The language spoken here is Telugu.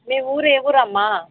మీ ఊరు ఏ ఊరమ్మా